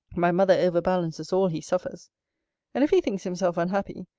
my mother overbalances all he suffers and if he thinks himself unhappy,